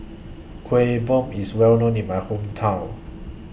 Kuih Bom IS Well known in My Hometown